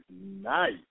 nice